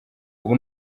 ubu